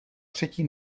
třetí